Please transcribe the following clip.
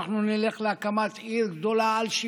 אנחנו נלך להקמת עיר גדולה על-שבטית,